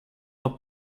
not